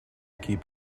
keep